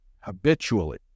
habitually